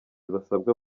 basabwa